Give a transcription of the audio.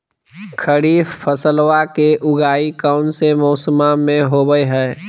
खरीफ फसलवा के उगाई कौन से मौसमा मे होवय है?